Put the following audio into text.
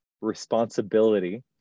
responsibility